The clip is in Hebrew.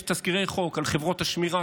יש תזכירי חוק על חברות השמירה,